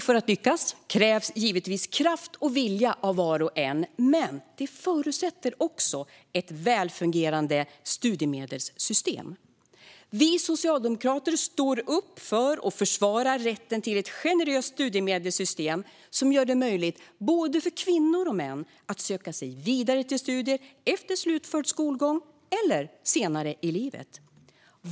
För att lyckas krävs givetvis kraft och vilja av var och en, men det förutsätter också ett välfungerande studiemedelssystem. Vi socialdemokrater står upp för och försvarar rätten till ett generöst studiemedelssystem som gör det möjligt för både kvinnor och män att söka sig vidare till studier efter slutförd skolgång eller senare i livet.